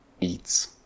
eats